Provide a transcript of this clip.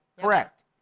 correct